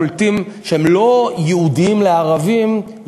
שהם לא ייעודיים לערבים,